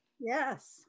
Yes